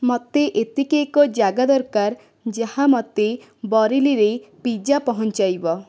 ମୋତେ ଏତିକି ଏକ ଜାଗା ଦରକାର ଯାହା ମୋତେ ବରଲିରେ ପିଜ୍ଜା ପହଞ୍ଚାଇବ